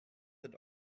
that